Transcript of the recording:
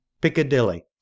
Piccadilly